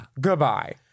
Goodbye